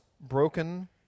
broken